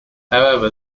however